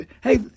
hey